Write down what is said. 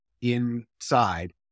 inside